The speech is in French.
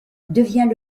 devient